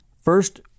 First